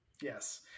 Yes